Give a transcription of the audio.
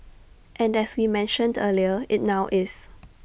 and as we mentioned earlier IT now is